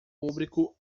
público